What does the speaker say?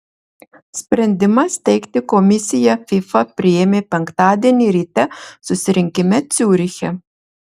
sprendimą steigti komisiją fifa priėmė penktadienį ryte susirinkime ciuriche